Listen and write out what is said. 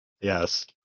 Yes